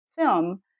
film